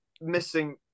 missing